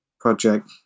project